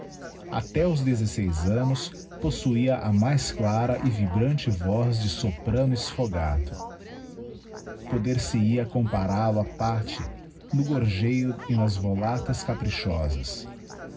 até os dezeseis annos possuía a mais clara e vibrante voz de soprano sffogato poder-se-ia comparal o á patti no gorgeio e nas volatas caprichosas